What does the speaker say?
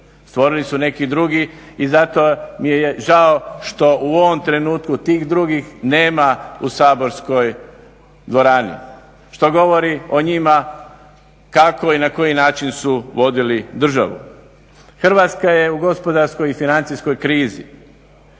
stvorili su neki drugi i zato mi je žao što u ovom trenutku tih drugih nema u saborskoj dvorani, što govori o njima kako i na koji način su vodili državu. Hrvatska je u gospodarskoj i financijskoj krizi